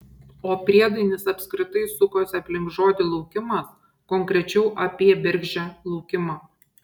o priedainis apskritai sukosi aplink žodį laukimas konkrečiau apie bergždžią laukimą